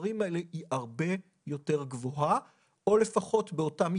הדבר השלישי שהוא לא פחות חשוב זה היכולת של האוכלוסייה לקיים את